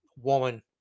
woman